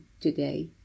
today